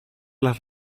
las